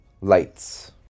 Lights